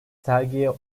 sergiye